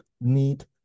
need